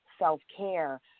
self-care